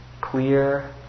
clear